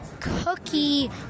Cookie